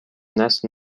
نسل